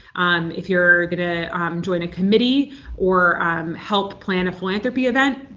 um if you're going to join a committee or help plan a philanthropy event,